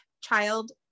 child